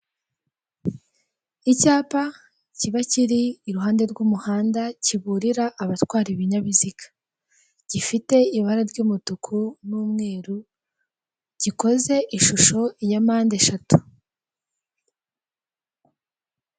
Icyapa kiba kiri iruhande rw'umuhanda kibirira abatwara ibinyabiziga. Gifite ibara ry'umutuku n'umweru gikoze ishusho ya mpande eshatu.